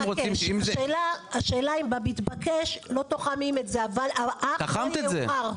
השאלה אם במתבקש לא תוחמים את זה עד לא יאוחר?